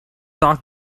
dark